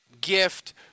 gift